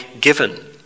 given